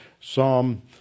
Psalm